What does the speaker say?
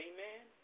Amen